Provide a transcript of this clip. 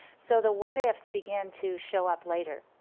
so the what ah if's began to show up later.